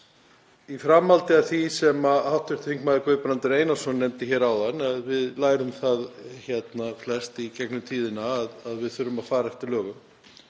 í framhaldi af því sem hv. þm. Guðbrandur Einarsson nefndi hér áðan, að við lærum flest í gegnum tíðina að við þurfum að fara eftir lögum.